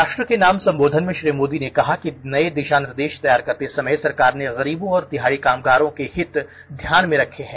राष्ट्र के नाम संबोधन में श्री मोदी ने कहा कि नए दिशानिर्देश तैयार करते समय सरकार ने गरीबों और दिहाड़ी कामगारों के हित ध्यान में रखे हैं